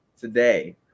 Today